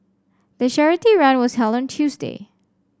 the charity run was held on Tuesday